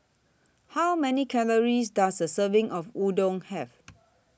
How Many Calories Does A Serving of Udon Have